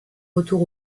retour